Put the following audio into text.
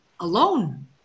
Alone